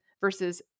versus